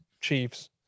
Chiefs